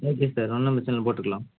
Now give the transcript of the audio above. okay sir ஒன்றும் பிரச்சனை இல்லை போட்டுக்கலாம்